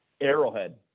Arrowhead